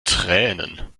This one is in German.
tränen